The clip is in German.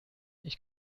ich